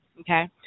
okay